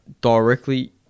directly